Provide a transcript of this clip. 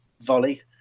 volley